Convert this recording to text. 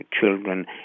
children